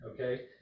Okay